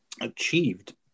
Achieved